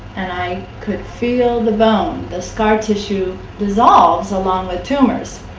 and i could feel the bone. the scar tissue dissolves along with tumors.